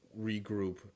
regroup